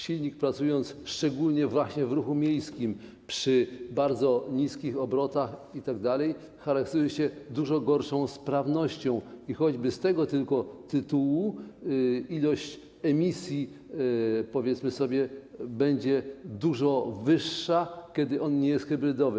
Silnik pracując szczególnie właśnie w ruchu miejskim, przy bardzo niskich obrotach itd., charakteryzuje się dużo gorszą sprawnością i choćby z tego tylko tytułu poziom emisji, powiedzmy sobie, będzie dużo wyższy, jeśli pojazd nie jest hybrydowy.